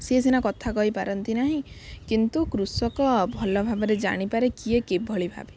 ସିଏ ସିନା କଥା କହିପାରନ୍ତି ନାହିଁ କିନ୍ତୁ କୃଷକ ଭଲ ଭାବରେ ଜାଣିପାରେ କିଏ କିଭଳି ଭାବେ